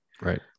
Right